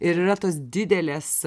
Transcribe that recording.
ir yra tos didelės